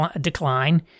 decline